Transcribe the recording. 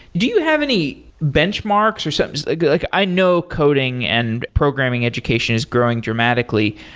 do you have any benchmarks, or something like like i know coding and programming education is growing dramatically.